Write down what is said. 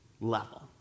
level